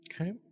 Okay